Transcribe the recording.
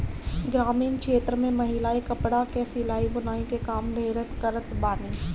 ग्रामीण क्षेत्र में महिलायें कपड़ा कअ सिलाई बुनाई के काम ढेर करत बानी